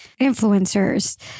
influencers